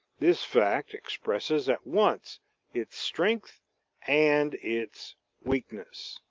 this fact expresses at once its strength and its weakness.